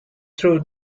true